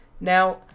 Now